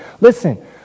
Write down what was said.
Listen